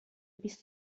بیست